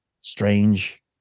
strange